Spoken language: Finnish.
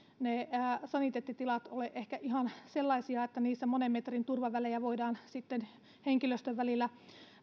ne saniteettitilat ole ehkä ihan sellaisia että niissä monen metrin turvavälejä voidaan sitten henkilöstön välillä